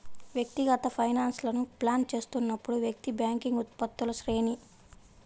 వ్యక్తిగత ఫైనాన్స్లను ప్లాన్ చేస్తున్నప్పుడు, వ్యక్తి బ్యాంకింగ్ ఉత్పత్తుల శ్రేణి